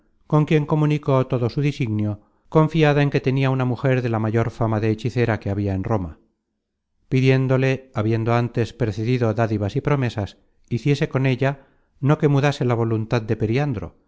con quien comunicó todo su disignio confiada en que tenia una mujer de la mayor fama de hechicera que habia en roma pidiéndole habiendo antes precedido dádivas y promesas hiciese con ella no que mudase la voluntad de periandro